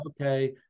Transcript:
okay